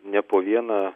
ne po vieną